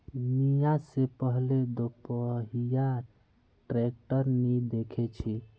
मी या से पहले दोपहिया ट्रैक्टर नी देखे छी